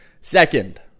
Second